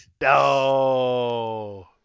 No